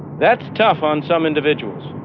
that's tough on some individuals,